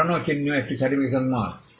পুরানো চিহ্ন একটি সার্টিফিকেশন মার্ক